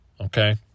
Okay